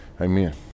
Amen